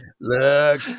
Look